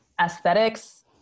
aesthetics